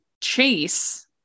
chase